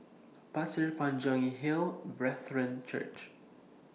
Pasir Panjang Hill Brethren Church